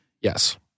Yes